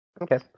Okay